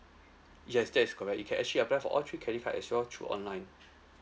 yes that is correct you can actually apply for all three credit card as well through online